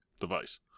device